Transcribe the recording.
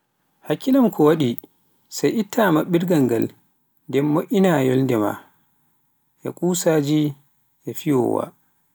hakkilan ko waɗi sai itta maɓɓirgal ngal nden mo'ina yolnde maa e kusaaji e fiyoowa.